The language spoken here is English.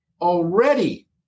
already